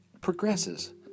progresses